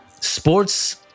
sports